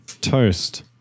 toast